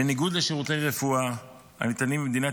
בניגוד לשירותי רפואה הניתנים במדינת